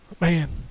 Man